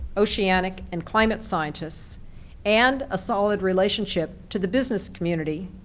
oceanic and climate scientists and a solid relationship to the business community,